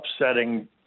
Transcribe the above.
upsetting